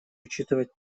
учитывать